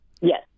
Yes